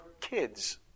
kids